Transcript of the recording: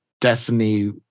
destiny